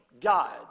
God